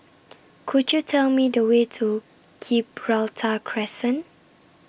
Could YOU Tell Me The Way to Gibraltar Crescent